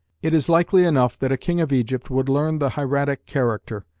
it is likely enough that a king of egypt would learn the hieratic character,